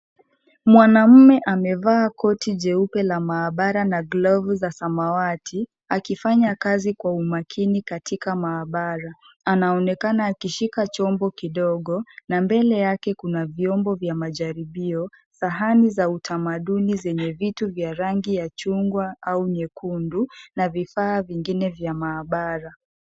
Mwanaume amevaa koti jeupe ya mahabara na glovu za samawati, akifanya kazi kwa umakini katika mahabara. Anaonekana anashika chombo kidogo na mbele yake kuna vyombo vya majaribio, sahani za utamaduni zenye vitu vya rangi ya chungwa au nyekundu na vifaa vingine vya mahabara.